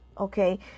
Okay